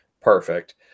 Perfect